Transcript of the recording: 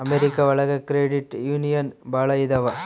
America ಒಳಗ credit union ಭಾಳ ಇದಾವ